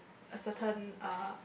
a certain uh